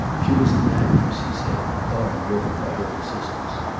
she was an actress, he said, hard driven by her persistence.